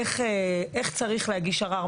איך צריך להגיש ערר,